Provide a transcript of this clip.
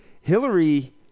Hillary